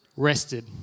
Rested